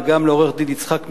וגם לעורך-דין יצחק מירון,